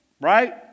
right